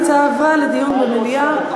ההצעה עברה לדיון במליאה.